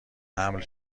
حمل